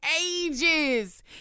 ages